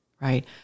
right